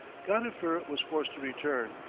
gadifer was forced to return,